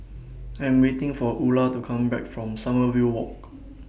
I Am waiting For Ula to Come Back from Sommerville Walk